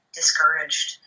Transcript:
discouraged